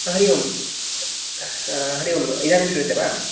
हरि ओम् हरि ओम् इदानीं श्रूयते वा